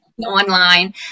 online